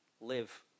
live